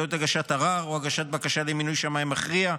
באמצעות הגשת ערר או הגשת בקשה למינוי שמאי מכריע,